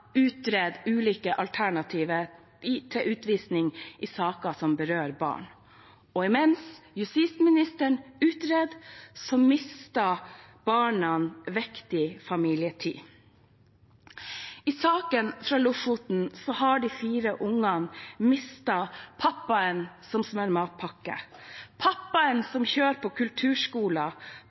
utrede ulike alternativer til utvisning i saker som berører barn. Og mens justisministeren utreder, mister barna viktig familietid. I saken fra Lofoten har de fire barna mistet pappaen som smører matpakke, pappaen som kjører til kulturskolen,